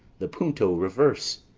the punto reverse!